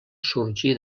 sorgí